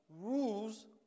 rules